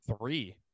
three